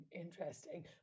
interesting